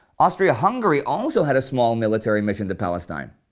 austria-hungary also had a small military mission to palestine.